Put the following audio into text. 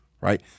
Right